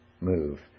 move